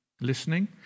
listening